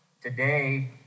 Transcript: Today